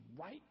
right